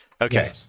Okay